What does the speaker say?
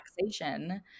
relaxation